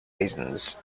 reasons